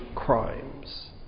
Crimes